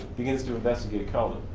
begins to investigate kelvin.